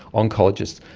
oncologists,